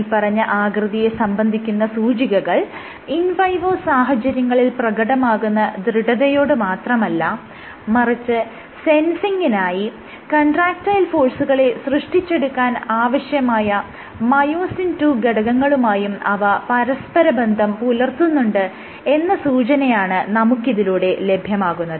മേല്പറഞ്ഞ ആകൃതിയെ സംബന്ധിക്കുന്ന സൂചികകൾ ഇൻ വൈവോ സാഹചര്യങ്ങളിൽ പ്രകടമാകുന്ന ദൃഢതയോട് മാത്രമല്ല മറിച്ച് സെൻസിങിനായി കൺട്രാക്ടയിൽ ഫോഴ്സുകളെ സൃഷ്ടിച്ചെടുക്കാൻ ആവശ്യമായ മയോസിൻ II ഘടകങ്ങളുമായും അവ പരസ്പരബന്ധം പുലർത്തുന്നുണ്ട് എന്ന സൂചനയാണ് നമുക്ക് ഇതിലൂടെ ലഭ്യമാകുന്നത്